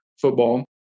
football